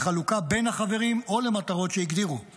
לחלוקה בין החברים או למטרות שהגדירו;